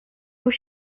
aux